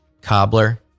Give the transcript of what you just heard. Cobbler